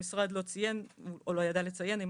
המשרד לא ציין או לא ידע לציין אם